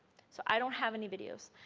so, i don't have any videos.